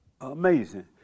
Amazing